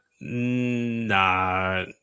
Nah